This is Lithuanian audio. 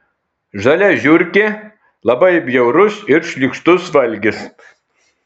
žalia žiurkė labai bjaurus ir šlykštus valgis